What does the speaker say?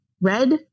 red